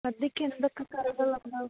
സദ്യയ്ക്ക് എന്തൊക്കെ കറികള് ഉണ്ടാകും